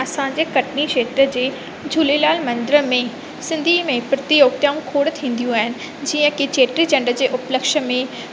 असांजे कटनी क्षेत्र जे झूलेलाल मंदर में सिंधी में प्रतियोगिताऊं खोड़ थींदियूं आहिनि जीअं की चेटीचंड जे उपलक्ष्य में